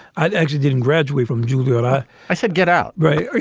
i actually didn't graduate from juilliard. i i said, get out. right.